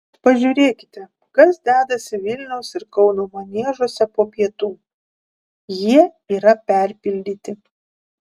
pažiūrėkite kas dedasi vilniaus ir kauno maniežuose po pietų jie yra perpildyti